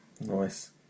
Nice